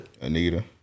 Anita